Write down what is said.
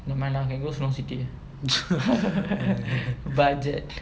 never mind lah can go snow city budget